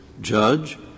Judge